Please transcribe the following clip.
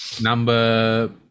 number